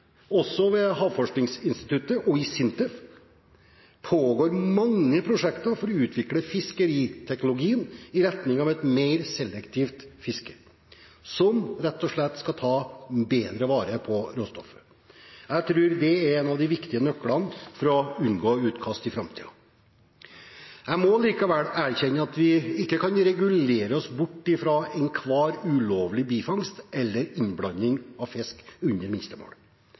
Også ved Havforskningsinstituttet og i SINTEF pågår mange prosjekter for å utvikle fiskeriteknologien i retning av et mer selektivt fiske, som rett og slett skal ta bedre vare på råstoffet. Jeg tror det er en av de viktige nøklene til å unngå utkast i framtiden. Jeg må likevel erkjenne at vi ikke kan regulere oss bort fra enhver ulovlig bifangst eller innblanding av fisk under minstemål.